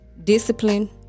discipline